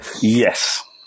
Yes